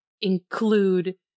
include